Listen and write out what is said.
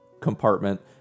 compartment